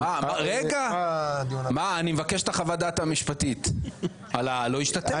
אני מבקש את חוות הדעת המשפטית על הלא-השתתף.